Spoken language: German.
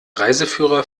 reiseführer